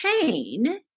pain